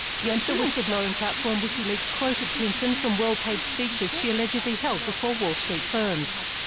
the and whistleblowing platform wikileaks quoted clinton from well-paid speeches she allegedly held before wall street firms.